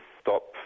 stop